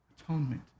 Atonement